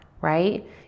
right